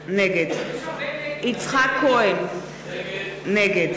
נגד יצחק כהן, נגד